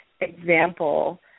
example